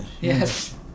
Yes